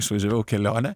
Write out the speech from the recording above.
išvažiavau į kelionę